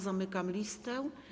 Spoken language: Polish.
Zamykam listę.